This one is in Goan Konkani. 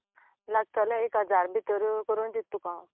लागतले एक हजार भितर करून दिता तुक हांव